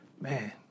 Man